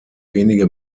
wenige